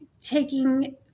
taking